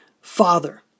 father